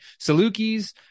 salukis